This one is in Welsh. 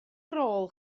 rôl